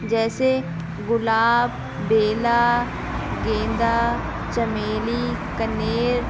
جیسے گلاب بیلا گیندا چمیلی کنیر